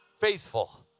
Faithful